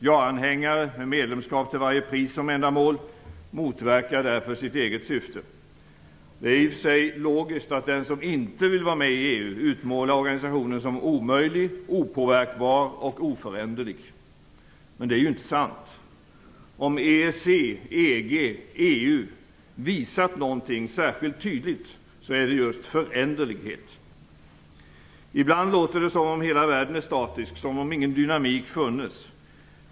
Jaanhängare med medlemskap-till-varje-pris som enda mål motverkar därför sitt eget syfte. Det är i och för sig logiskt att den som inte vill vara med i EU utmålar organisationen som omöjlig, opåverkbar och oföränderlig. Men det är ju inte sant. Om EEC-EG-EU visat någonting särskilt tydligt så är det just föränderlighet. Ibland låter det som om hela världen är statisk - som om ingen dynamik funnes.